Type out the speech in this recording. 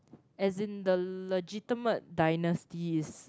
as in the legitimate dynasties